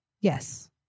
Yes